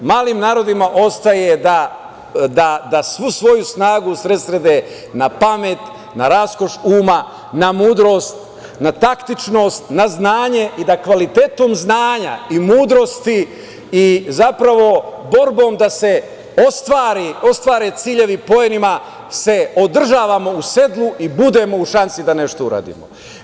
Malim narodima ostaje da svu svoju snagu usredsrede na pamet, na raskoš uma, na mudrost, na taktičnost, na znanje i da kvalitetom znanja i mudrosti i zapravo borbom da se ostvare ciljevi poenima, se održavamo u sedlu i budemo u šansi da nešto uradimo.